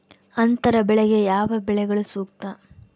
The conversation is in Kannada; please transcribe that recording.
ಅಂತರ ಬೆಳೆಗೆ ಯಾವ ಬೆಳೆಗಳು ಸೂಕ್ತ?